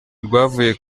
ryavuye